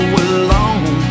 alone